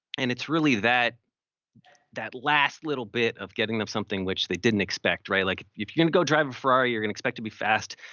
and, it's really that that last little bit of getting them something which they didn't expect. like if you're gonna go drive a ferrari, you're gonna expect to be fast.